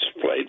played